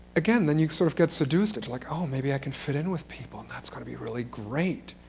again, then you sort of get seduced into, like oh, maybe i can fit in with people and that's going to be really great,